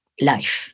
life